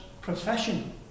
profession